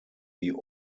die